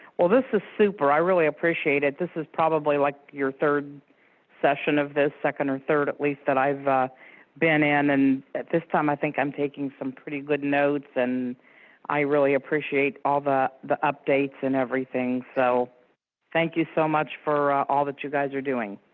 well this is super i really appreciate it this is probably like your third session of this second or third at least that i've been in and this time i think i'm taking some pretty good notes and i really appreciate all the the updates and everything so thank you so much for all that you guys are doing.